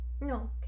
no